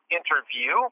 interview